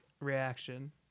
reaction